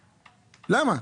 למה?